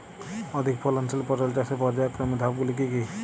অধিক ফলনশীল পটল চাষের পর্যায়ক্রমিক ধাপগুলি কি কি?